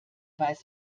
weiß